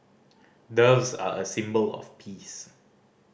doves are a symbol of peace